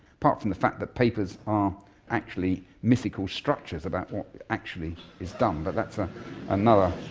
apart from the fact that papers are actually mythical structures about what actually is done, but that's ah another